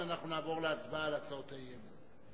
אנחנו נעבור להצבעה על הצעות האי-אמון.